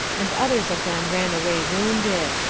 and others of them ran away wounded.